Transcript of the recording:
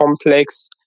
complex